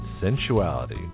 sensuality